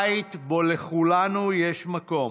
בית שבו לכולנו יש מקום,